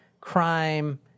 crime